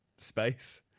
space